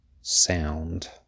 sound